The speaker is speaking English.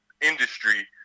industry